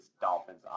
Dolphins